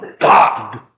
God